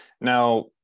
Now